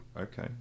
Okay